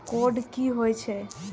Code की होय छै?